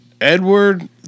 edward